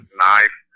knife